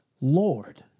Lord